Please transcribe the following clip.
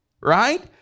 right